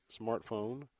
smartphone